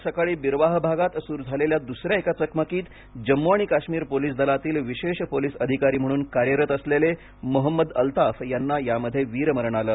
आज सकाळी बीरवाह भागात सुरु झालेल्या दुसऱ्या एका चकमकीत जम्मू आणि काश्मीर पोलीस दलातील विशेष पोलीस अधिकारी म्हणून कार्यरत असलेले मोहम्मद अल्ताफ यांना यामध्ये वीरमरण आलं